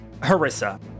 Harissa